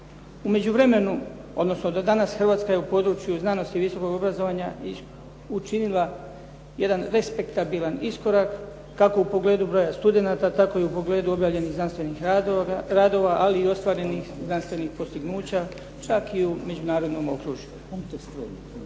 U međuvremenu odnosno do danas Hrvatska je u području znanosti i visokog obrazovanja učinila jedan respektabilan iskorak kako u pogledu broja studenata tako i u pogledu objavljenih znanstvenih radova ali i ostvarenih znanstvenih postignuća čak i u međunarodnom okružju.